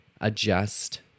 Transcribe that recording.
adjust